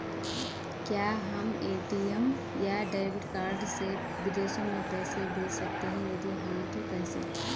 क्या हम ए.टी.एम या डेबिट कार्ड से विदेशों में पैसे भेज सकते हैं यदि हाँ तो कैसे?